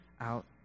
out